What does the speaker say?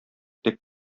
дип